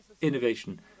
innovation